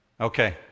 Okay